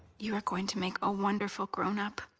you are going to make a wonderful grownup